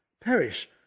perish